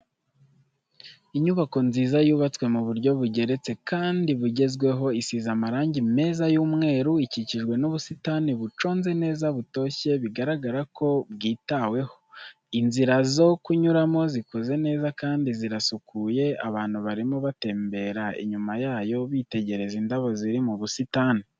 Inyubako nziza yubatswe mu buryo bugeretse kandi bugezweho isize amarangi meza y'umweru, ikikijwe n'ubusitani buconze neza butoshye bigaragara ko bwitaweho, inzira zo kunyuramo zikoze neza kandi zirasukuye, abantu barimo batembera, inyuma yayo bitegereza indabo ziri mu busitani.